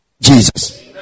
Jesus